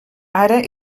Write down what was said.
ara